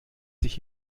sich